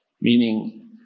Meaning